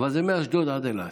אבל זה מאשדוד עד אילת.